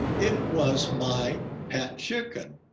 it was my pet chicken.